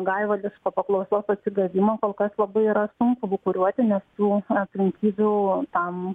gaivališko paklausos atsigavimo kol kas labai yra sunku lūkuruoti nes tų aplinkybių tam